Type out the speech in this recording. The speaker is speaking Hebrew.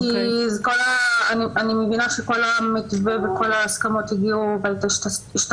כי אני מבינה שבכל המתווה ובכל ההסכמות היא השתתפה,